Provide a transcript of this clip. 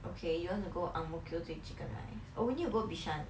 okay you want to go ang mo kio to eat chicken rice oh we need to go bishan